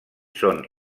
són